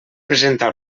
presentar